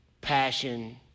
passion